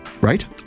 right